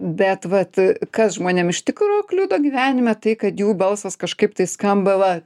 bet vat kas žmonėm iš tikro kliudo gyvenime tai kad jų balsas kažkaip tai skamba va